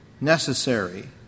necessary